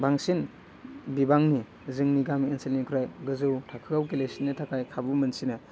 बांसिन बिबांनि जोंनि गामि ओनसोलनिफ्राइ गोजौ थाखोआव गेलेसिननो थाखाय खाबु मोनसिनो